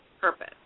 purpose